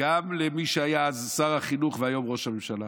גם למי שהיה אז שר החינוך והיום ראש הממשלה